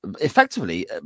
effectively